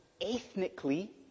ethnically